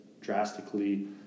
drastically